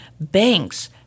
banks